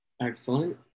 Excellent